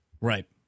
right